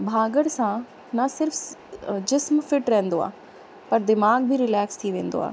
भाॻण सां न सिर्फ़ु जिस्म फ़िट रहंदो आहे पर दिमाग़ बि रिलेक्स थी वेंदो आहे